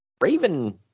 raven